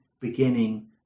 beginning